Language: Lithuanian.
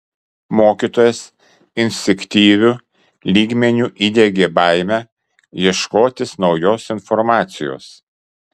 mokytojas instinktyviu lygmeniu įdiegė baimę ieškotis naujos informacijos